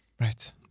right